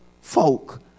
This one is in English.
folk